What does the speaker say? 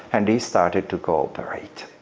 and he started to cooperate.